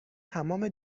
تمام